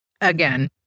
Again